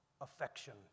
affection